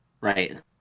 Right